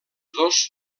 dos